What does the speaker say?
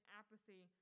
apathy